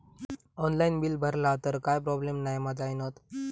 Online bill भरला तर काय प्रोब्लेम नाय मा जाईनत?